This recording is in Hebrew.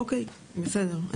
אוקי בסדר.